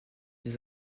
des